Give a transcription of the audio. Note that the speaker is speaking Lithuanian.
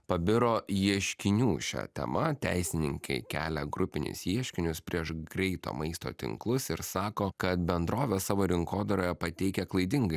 pabiro ieškinių šia tema teisininkai kelia grupinius ieškinius prieš greito maisto tinklus ir sako kad bendrovė savo rinkodaroje pateikia klaidingą